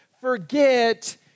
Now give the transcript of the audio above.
forget